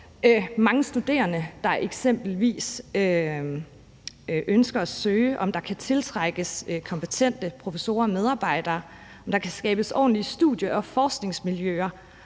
mange studerende der eksempelvis ønsker at søge; om der kan tiltrækkes kompetente professorer og medarbejdere; om der kan skabes ordentlige studie- og forskningsmiljøer;